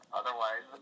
otherwise